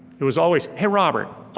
it was always hey robert,